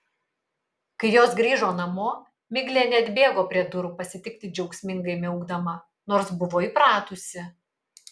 kai jos grįžo namo miglė neatbėgo prie durų pasitikti džiaugsmingai miaukdama nors buvo įpratusi